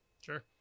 Sure